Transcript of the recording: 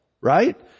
Right